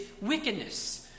wickedness